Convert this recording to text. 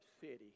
city